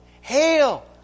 Hail